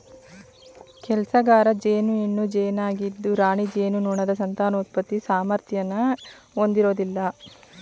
ಕೆಲ್ಸಗಾರ ಜೇನು ಹೆಣ್ಣು ಜೇನಾಗಿದ್ದು ರಾಣಿ ಜೇನುನೊಣದ ಸಂತಾನೋತ್ಪತ್ತಿ ಸಾಮರ್ಥ್ಯನ ಹೊಂದಿರೋದಿಲ್ಲ